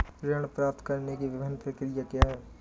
ऋण प्राप्त करने की विभिन्न प्रक्रिया क्या हैं?